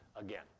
again